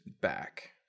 back